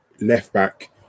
left-back